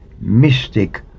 mystic